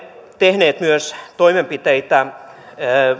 tehneet toimenpiteitä myös